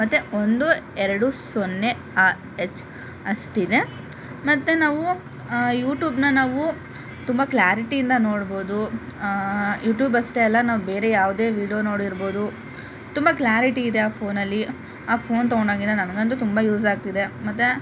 ಮತ್ತೆ ಒಂದು ಎರಡು ಸೊನ್ನೆ ಎಚ್ ಅಷ್ಟಿದೆ ಮತ್ತೆ ನಾವು ಯೂಟ್ಯೂಬನ್ನ ನಾವು ತುಂಬ ಕ್ಲಾರಿಟಿಯಿಂದ ನೋಡ್ಬೋದು ಯೂಟ್ಯೂಬ್ ಅಷ್ಟೆ ಅಲ್ಲ ನಾವು ಬೇರೆ ಯಾವುದೇ ವಿಡಿಯೋ ನೋಡಿರ್ಬೋದು ತುಂಬ ಕ್ಲ್ಯಾರಿಟಿ ಇದೆ ಆ ಫೋನಲ್ಲಿ ಆ ಫೋನ್ ತಗೊಂಡಾಗಿಂದ ನನಗಂತು ತುಂಬ ಯೂಸ್ ಆಗ್ತಿದೆ ಮತ್ತೆ